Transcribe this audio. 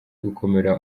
gukomera